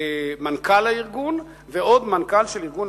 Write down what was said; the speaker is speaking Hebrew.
מנכ"ל הארגון ועוד מנכ"ל של ארגון